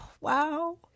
wow